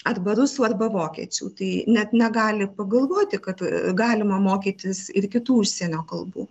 arba rusų arba vokiečių tai net negali pagalvoti kad galima mokytis ir kitų užsienio kalbų